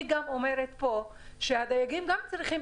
אני גם אומרת פה שהדייגים גם צריכים,